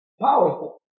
Powerful